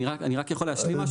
אני יכול להשלים משהו?